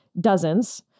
dozens